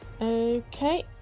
Okay